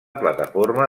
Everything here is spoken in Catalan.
plataforma